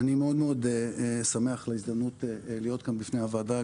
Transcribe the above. אני מאוד מאוד שמח על ההזדמנות להיות כאן בפני הוועדה,